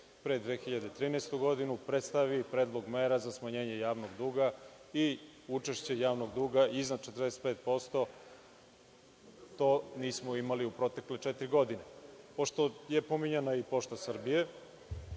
pred 2013. godinu, predstavi predlog mera za smanjenje javnog duga i učešće javnog duga iznad 45%. To nismo imali u protekle četiri godine. Pošto je pominjana i Pošta Srbije,